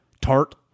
Tart